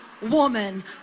woman